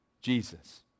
Jesus